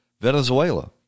Venezuela